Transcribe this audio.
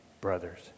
brothers